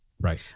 Right